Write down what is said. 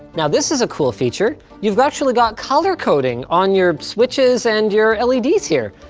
now this is a cool feature. you've actually got color coding on your switches and your leds here.